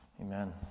Amen